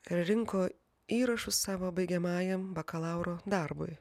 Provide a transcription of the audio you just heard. ir rinko įrašus savo baigiamajam bakalauro darbui